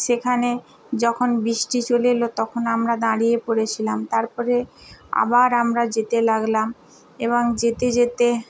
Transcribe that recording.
সেখানে যখন বৃষ্টি চলে এল তখন আমরা দাঁড়িয়ে পড়েছিলাম তার পরে আবার আমরা যেতে লাগলাম এবং যেতে যেতে